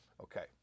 Okay